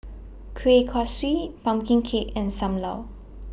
Kueh Kaswi Pumpkin Cake and SAM Lau